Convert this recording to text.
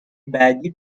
بعدی